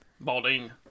Balding